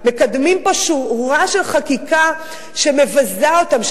מקדמים פה שורה של חקיקה שמבזה אותם,